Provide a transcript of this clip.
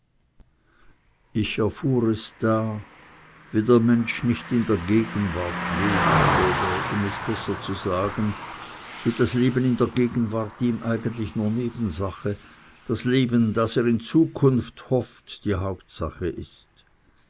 ich erfuhr es da wie der mensch nicht in der gegenwart lebt oder um es besser zu sagen wie das leben in der gegenwart ihm eigentlich nur nebensache das leben das er in zukunft hofft die hauptsache ist